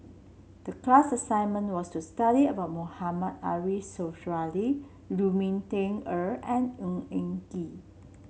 the class assignment was to study about Mohamed Ariff Suradi Lu Ming Teh Earl and Ng Eng Kee